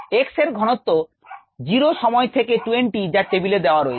X এর ঘনত্ত 0 সময়ে থেকে 20 যা টেবিলে দেওয়া রয়েছে